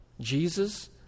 Jesus